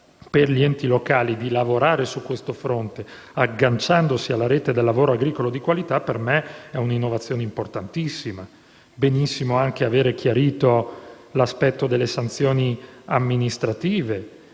per gli enti locali di lavorare su questo fronte, agganciandosi alla Rete del lavoro agricolo di qualità, per me è un'innovazione importantissima. Benissimo aver chiarito l'aspetto delle sanzioni amministrative.